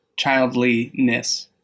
childliness